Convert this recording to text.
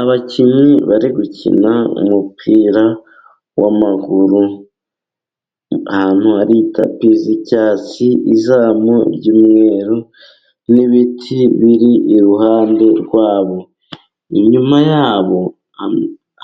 Abakinnyi bari gukina umupira w'amaguru, ahantu hari tapi z'icyatsi izamu ry'umweru n'ibiti biri iruhande rwabo, inyuma yabo